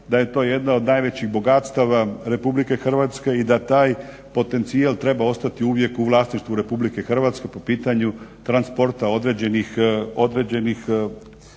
da je to jedna od najvećih bogatstava RH i da taj potencijal treba ostati uvijek u vlasništvu RH po pitanju transporta određenih energenata